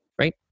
Right